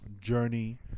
journey